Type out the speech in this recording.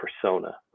persona